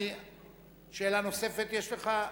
שאלה נוספת יש לך?